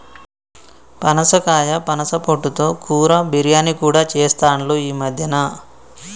పనసకాయ పనస పొట్టు తో కూర, బిర్యానీ కూడా చెస్తాండ్లు ఈ మద్యన